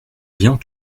bien